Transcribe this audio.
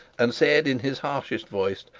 and said in his harshest voice,